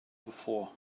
before